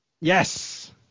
Yes